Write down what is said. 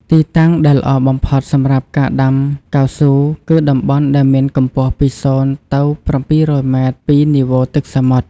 ទីតាំងដែលល្អបំផុតសម្រាប់ការដាំកៅស៊ូ គឺតំបន់ដែលមានកម្ពស់ពី ០ ទៅ ៧០០ ម៉ែត្រពីនីវ៉ូទឹកសមុទ្រ។